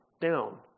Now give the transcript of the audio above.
down